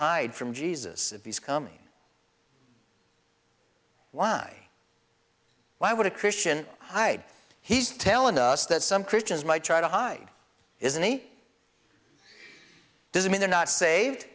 side from jesus if he's coming why why would a christian hide he's telling us that some christians might try to hide is any doesn't mean they're not saved